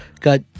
got